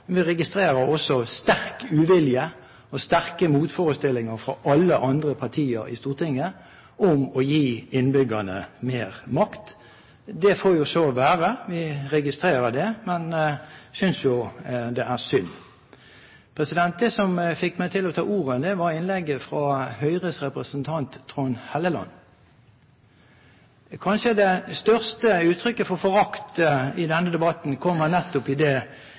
Vi registrerer også sterk uvilje og sterke motforestillinger fra alle andre partier i Stortinget mot å gi innbyggerne mer makt. Det får så være, vi registrerer det, men synes jo det er synd. Det som fikk meg til å ta ordet, var innlegget fra Høyres representant Trond Helleland. Det kanskje største uttrykket for forakt i denne debatten kommer nettopp i det